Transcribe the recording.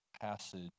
passage